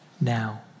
now